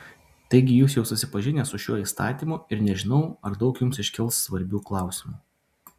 taigi jūs jau susipažinę su šiuo įstatymu ir nežinau ar daug jums iškils svarbių klausimų